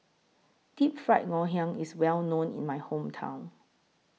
Deep Fried Ngoh Hiang IS Well known in My Hometown